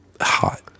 hot